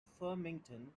farmington